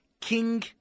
King